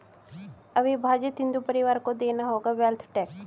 अविभाजित हिंदू परिवारों को देना होगा वेल्थ टैक्स